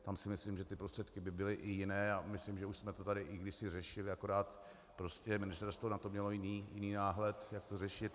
Tam si myslím, že prostředky by byly i jiné, a myslím, že už jsme to tady i kdysi řešili, akorát ministerstvo na to mělo jiný náhled, jak to řešit.